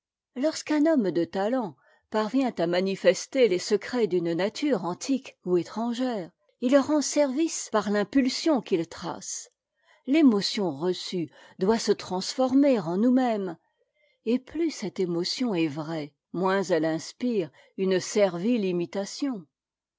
lorsqu'un homme de talent parvient à manifester les secrets d'une nature antique ou étrangère il rend service par l'impulsion qu'il trace l'émotion reçue doit se transformer en nous-mêmes et plus cette émotion est vraie moins elle inspire une servile imitation